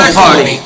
party